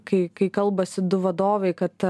kai kai kalbasi du vadovai kad